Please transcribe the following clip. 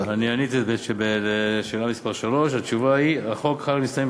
עניתי על זה בשאלה מס' 3. התשובה היא: החוק חל על המסתננים,